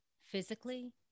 physically